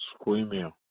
screaming